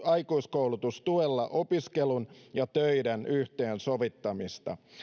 aikuiskoulutustuella opiskelun ja töiden yhteensovittamista